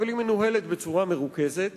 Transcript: אבל היא מנוהלת בצורה מרוכזת